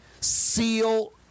seal